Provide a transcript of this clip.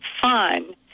fun